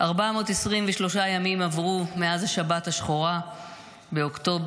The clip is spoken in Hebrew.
423 ימים עברו מאז השבת השחורה באוקטובר,